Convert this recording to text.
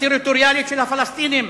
הטריטוריאלית של הפלסטינים,